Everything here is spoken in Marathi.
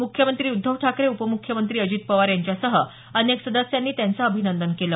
मुख्यमंत्री उद्धव ठाकरे उपमुख्यमंत्री अजित पवार यांच्यासह अनेक सदस्यांनी त्यांचं अभिनंदन केलं